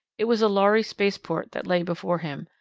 it was a lhari spaceport that lay before him,